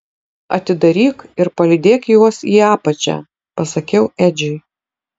atidaryk ir palydėk juos į apačią pasakiau edžiui